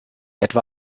etwa